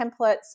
templates